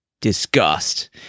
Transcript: disgust